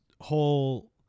whole